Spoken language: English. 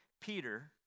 Peter